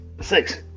six